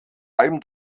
allem